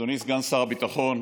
אדוני סגן שר הביטחון,